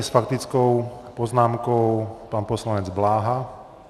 S faktickou poznámkou pan poslanec Bláha.